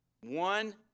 One